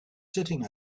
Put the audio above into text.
sitting